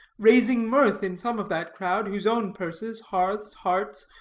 raising mirth in some of that crowd, whose own purses, hearths, hearts,